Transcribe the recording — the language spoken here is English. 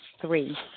Three